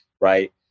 right